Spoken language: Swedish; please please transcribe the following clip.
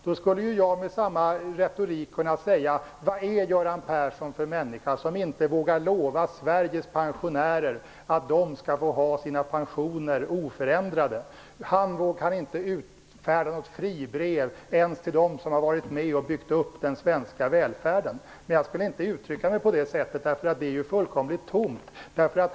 Då skulle jag med samma retorik kunna säga: Vad är Göran Persson för människa, som inte vågar lova Sveriges pensionärer att de skall få ha sina pensioner oförändrade? Han kan inte utfärda något fribrev ens till dem som har varit med och byggt upp den svenska välfärden. Jag skulle inte uttrycka mig på det sättet. Det är fullkomligt tomt.